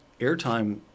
airtime